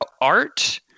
art